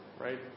right